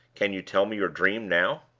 can you tell me your dream now?